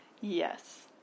Yes